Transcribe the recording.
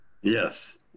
Yes